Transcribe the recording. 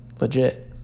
legit